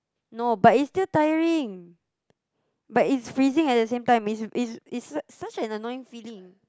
no but it's still tiring but it's freezing at the same time it's it's it's such such an annoying feeling